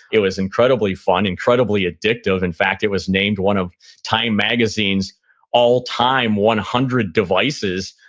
it was incredibly fun, incredibly addictive. in fact, it was named one of time magazine's all time one hundred devices.